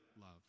love